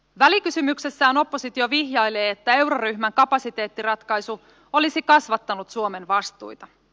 välikysymyksessään oppositio vihjailee että euroryhmän kapasiteettiratkaisu olisi kasvattanut suomen vastuita